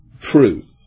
truth